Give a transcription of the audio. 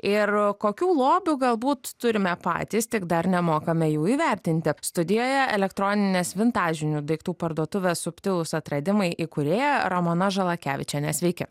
ir kokių lobių galbūt turime patys tik dar nemokame jų įvertinti studijoje elektroninės vintažinių daiktų parduotuves subtilūs atradimai įkūrėja ramona žalakevičienė sveiki